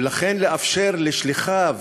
ולכן לאפשר לשליחיו